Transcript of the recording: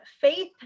faith